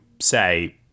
say